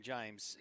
James